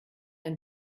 ein